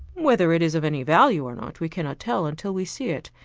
whether it is of any value or not we cannot tell until we see it.